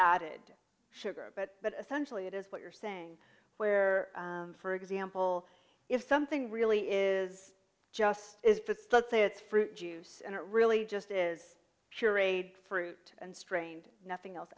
added sugar but but essentially it is what you're saying where for example if something really is just let's say it's fruit juice and it really just is pureed fruit and strained nothing else